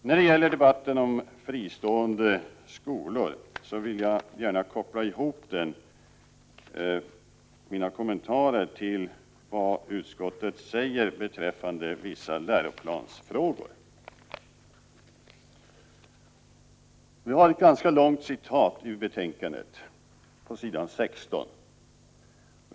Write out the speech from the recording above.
När det gäller debatterna om fristående skolor vill jag gärna koppla ihop mina kommentarer till vad utskottet säger beträffande vissa läroplansfrågor. Vi har ett ganska långt citat i betänkandet, på s. 16.